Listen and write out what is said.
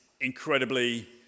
incredibly